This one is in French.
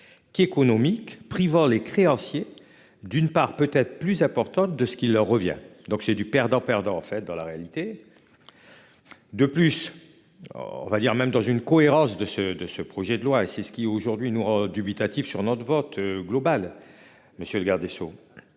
Qui économique privant les créanciers. D'une part peut être plus importante de ce qui leur revient donc c'est du perdant-perdant. En fait dans la réalité. De plus. On va dire même dans une cohérence de ce de ce projet de loi et c'est ce qui aujourd'hui nous rend dubitatif sur notre vote global. Monsieur le garde des Sceaux.